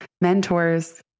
mentors